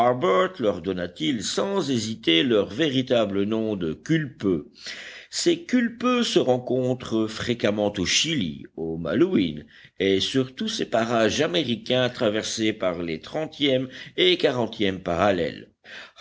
leur donna-t-il sans hésiter leur véritable nom de culpeux ces culpeux se rencontrent fréquemment au chili aux malouines et sur tous ces parages américains traversés par les trentième et quarantième parallèles